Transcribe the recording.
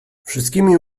wszystkimi